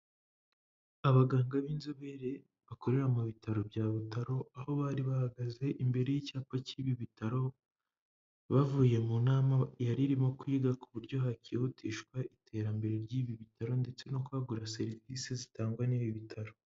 Abaganga b'inzobere bakorera mu bitaro bya Butaro, aho bari bahagaze imbere y'icyapa cy'ibi bitaro, bavuye mu nama yari irimo kwiga ku buryo hakihutishwa iterambere ry'ibi bitaro ndetse no kwagura serivisi zitangwa n'ibi bitaro.